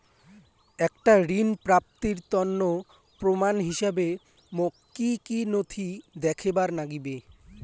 একটা ঋণ প্রাপ্তির তন্ন প্রমাণ হিসাবে মোক কী কী নথি দেখেবার নাগিবে?